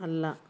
ಅಲ್ಲ